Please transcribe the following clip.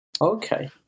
Okay